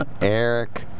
Eric